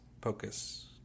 Pocus